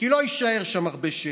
כי לא יישאר שם הרבה שטח,